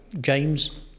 James